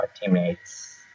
teammates